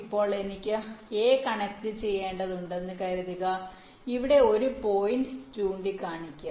ഇപ്പോൾ എനിക്ക് a കണക്റ്റുചെയ്യേണ്ടതുണ്ടെന്ന് കരുതുക ഇവിടെ ഒരു പോയിന്റ് ചൂണ്ടിക്കാണിക്കുക